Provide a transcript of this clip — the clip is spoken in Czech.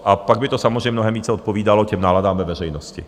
A pak by to samozřejmě mnohem více odpovídalo náladám ve veřejnosti.